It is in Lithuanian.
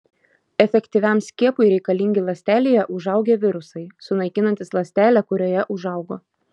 efektyviam skiepui reikalingi ląstelėje užaugę virusai sunaikinantys ląstelę kurioje užaugo